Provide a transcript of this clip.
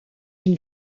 une